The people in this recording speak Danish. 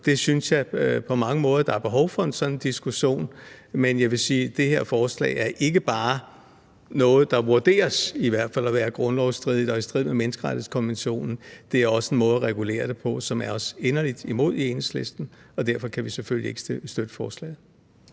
Det synes jeg at der på mange måder er behov for en diskussion af. Jeg vil sige, at det her forslag ikke bare er noget, der i hvert fald vurderes til at være grundlovsstridigt og i strid med menneskerettighedskonventionen, men det er også en måde at regulere det på, som er os inderligt imod i Enhedslisten. Derfor kan vi selvfølgelig ikke støtte forslaget.